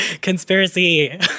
Conspiracy